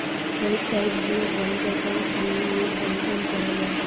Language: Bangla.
ওয়েবসাইট গিয়ে ব্যাঙ্ক একাউন্ট খুললে নেট ব্যাঙ্কিং করা যায়